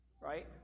Right